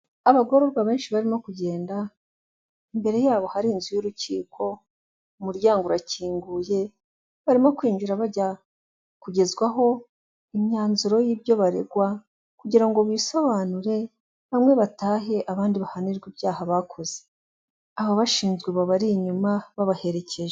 Abagororwa benshi barimo kugenda, imbere yabo hari inzu y'urukiko, umuryango urakinguye, barimo kwinjira bajya kugezwaho imyanzuro y'ibyo baregwa kugira ngo bisobanure, bamwe batahe abandi bahanirwe ibyaha bakoze. Ababashinzwe babari inyuma babaherekeje.